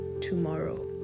tomorrow